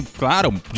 claro